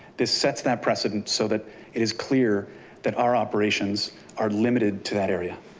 this sets that precedent so that it is clear that our operations are limited to that area.